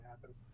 happen